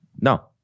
No